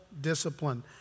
discipline